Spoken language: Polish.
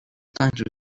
tańczył